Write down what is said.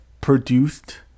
produced